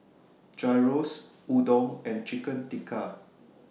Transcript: Gyros Udon and Chicken Tikka